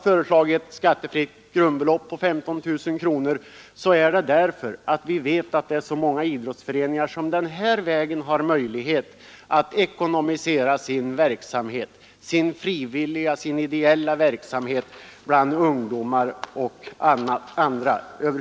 Förslaget om ett skattefritt grundbelopp på 15 000 kronor har alltså tillkommit därför att vi vet att så många idrottsföreningar den vägen skaffar pengar till sin ideella verksamhet bland ungdomar och andra.